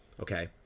Okay